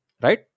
right